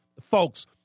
Folks